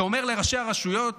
זה אומר לראשי הרשויות: